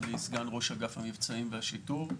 אני סגן ראש אגף המבצעים והשיטור.